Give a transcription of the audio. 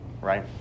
right